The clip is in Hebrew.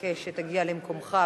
אחכה שתגיע למקומך,